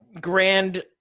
grand